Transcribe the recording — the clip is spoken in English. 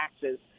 taxes